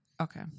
Okay